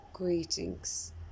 Greetings